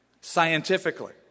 scientifically